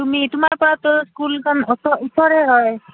তুমি তোমাৰ পৰা স্কুলখন ওচৰে হয়